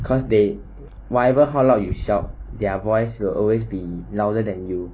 because they whatever how loud you shout their voice you will always be louder than you